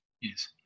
Yes